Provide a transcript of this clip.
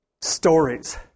stories